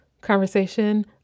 conversation